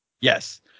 Yes